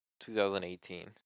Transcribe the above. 2018